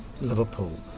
Liverpool